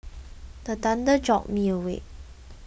the thunder jolt me awake